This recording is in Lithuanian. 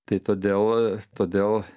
tai todėl todėl